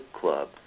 club